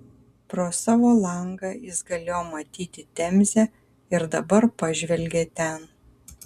pro savo langą jis galėjo matyti temzę ir dabar pažvelgė ten